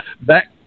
back